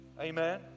Amen